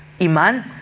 Iman